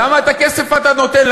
למה את הכסף אתה נותן,